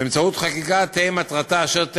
באמצעות חקיקה, תהא מטרתה אשר תהא,